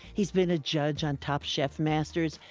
he's been a judge on top chef masters.